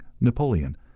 Napoleon